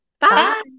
Bye